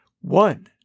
one